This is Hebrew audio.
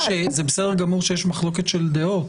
זה בסדר גמור שיש מחלוקת של דעות,